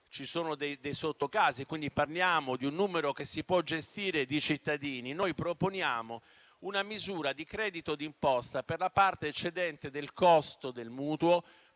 vi sono dei sottocasi, quindi parliamo di un numero di cittadini che si può gestire. Noi proponiamo una misura di credito d'imposta per la parte eccedente del costo del mutuo,